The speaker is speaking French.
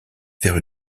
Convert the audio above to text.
vers